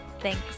Thanks